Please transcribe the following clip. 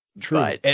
True